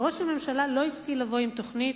וראש הממשלה לא השכיל לבוא עם תוכנית.